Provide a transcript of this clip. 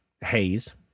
Haze